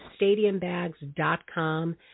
stadiumbags.com